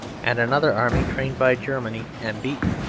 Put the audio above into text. and another army trained by germany and beaten.